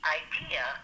idea